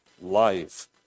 life